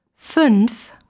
Fünf